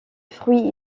fruit